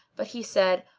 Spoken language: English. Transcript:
but he said,